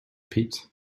pit